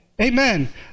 Amen